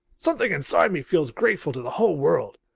something inside me feels grateful to the whole world.